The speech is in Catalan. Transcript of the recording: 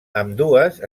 ambdues